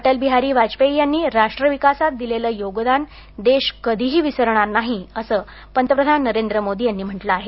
अटलबिहारी वाजपेयी यांनी राष्ट्र विकासात दिलेलं योगदान देश कधीही विसरणार नाही अस पंतप्रधान नरेंद्र मोदी यांनी म्हटलं आहे